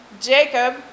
Jacob